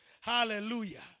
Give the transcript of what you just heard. Hallelujah